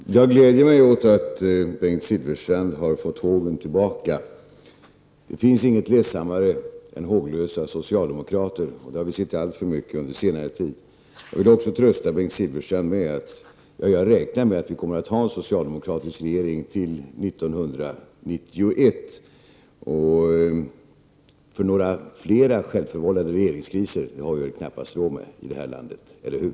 Fru talman! Jag gläder mig åt att Bengt Silfverstrand har fått hågen tillbaka. Det finns inget ledsammare än håglösa socialdemokrater, och det har vi sett alltför mycket av under senare tid. Jag vill också trösta Bengt Silfverstrand med att jag räknar med att Sverige kommer att ha en socialdemokratisk regering till 1991, för fler självförvållade regeringskriser har vi knappast råd med i det här landet, eller hur?